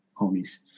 homies